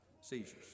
seizures